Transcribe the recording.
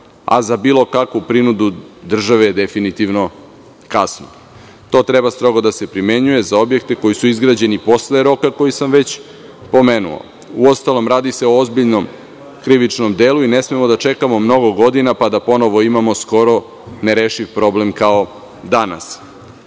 a za bilo kakvu prinudu države je definitivno kasno. To treba strogo da se primenjuje za objekte koji su izgrađeni posle roka koji sam već pomenuo. Uostalom, radi se o ozbiljnom krivičnom delu i ne smemo da čekamo mnogo godina, pa da opet imamo skoro nerešiv problem kao danas. Što